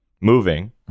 moving